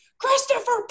Christopher